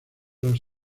los